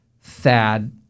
Thad